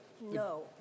No